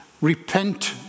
Repent